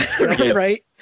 right